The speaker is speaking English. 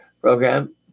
program